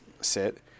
sit